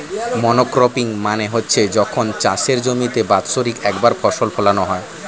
monocropping মানে হচ্ছে যখন চাষের জমিতে বাৎসরিক একবার ফসল ফোলানো হয়